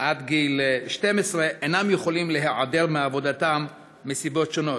עד גיל 12 אינם יכולים להיעדר מעבודתם מסיבות שונות,